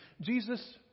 Jesus